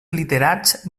literats